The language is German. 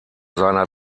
seiner